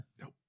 Nope